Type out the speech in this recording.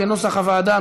כנוסח הוועדה,